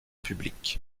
public